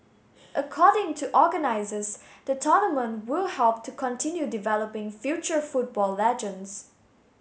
according to organisers the tournament will help to continue developing future football legends